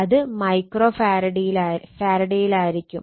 അത് മൈക്രോ ഫാരഡയിലായിരിക്കും